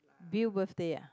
Bill birthday ah